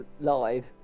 live